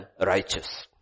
righteous